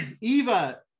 Eva